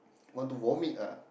want to vomit ah